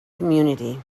community